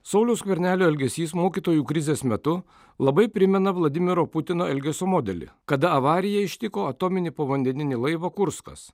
sauliaus skvernelio elgesys mokytojų krizės metu labai primena vladimiro putino elgesio modelį kada avarija ištiko atominį povandeninį laivą kurskas